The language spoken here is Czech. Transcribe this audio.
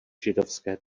židovské